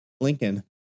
Lincoln